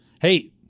hey